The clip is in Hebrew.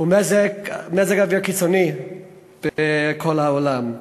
ומזג אוויר קיצוני בכל העולם.